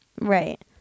Right